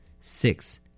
Six